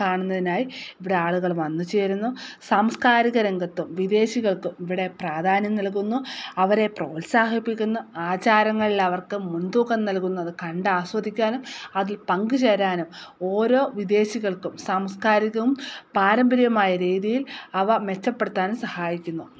കാണുന്നതിനായി ഇവിടെ ആളുകൾ വന്നു ചേരുന്നു സാംസ്കാരിക രംഗത്തും വിദേശികൾക്കും ഇവിടെ പ്രാധാന്യം നൽകുന്നു അവരെ പ്രോത്സാഹിപ്പിക്കുന്നു ആചാരങ്ങളിൽ അവർക്ക് മുൻതൂക്കം നൽകുന്നു അതു കണ്ട് ആസ്വദിക്കാനും അതിൽ പങ്കുചേരാനും ഓരോ വിദേശികൾക്കും സാംസ്കാരികവും പാരമ്പര്യവുമായ രീതിയിൽ അവ മെച്ചപ്പെടുത്താനും സഹായിക്കുന്നു